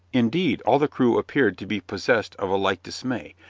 indeed, all the crew appeared to be possessed of a like dismay,